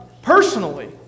personally